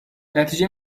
نتیجه